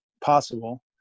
possible